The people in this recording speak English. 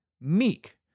meek